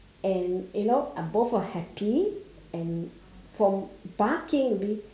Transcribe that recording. and you know both are happy and from barking maybe